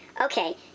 Okay